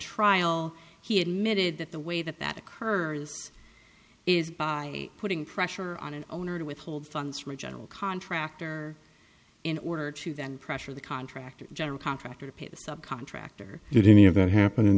trial he admitted that the way that that occurs is by putting pressure on an owner to withhold funds from a general contractor in order to then pressure the contractor general contractor to pay the subcontractor did any of that happen in